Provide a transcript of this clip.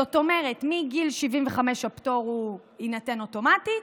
זאת אומרת, מגיל 75 הפטור יינתן אוטומטית,